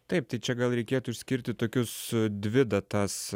taip čia gal reikėtų išskirti tokius dvi datas